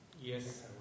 Yes